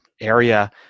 area